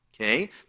Okay